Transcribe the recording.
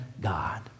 God